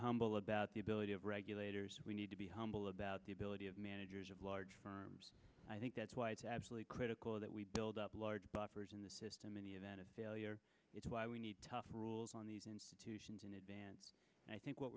humble about the ability of regulators we need to be humble about the ability of managers of large firms i think that's why it's absolutely critical that we build up large buffers in the system in the event of failure it's why we need tougher rules on these institutions in advance and i think what